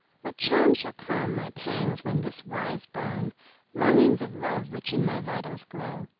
what charm shall calm my pangs when this wise burn longings of love which in my vitals glow?